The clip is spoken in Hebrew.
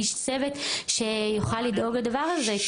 איש צוות שיוכל לדאוג לדבר הזה?